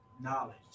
knowledge